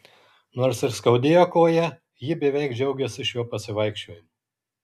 nors ir skaudėjo koją ji beveik džiaugėsi šiuo pasivaikščiojimu